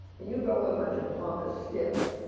and you go with a bunch of pompous stiffs,